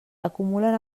acumulen